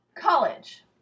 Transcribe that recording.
College